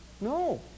No